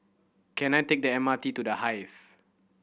can I take the M R T to The Hive